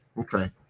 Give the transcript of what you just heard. Okay